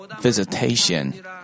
visitation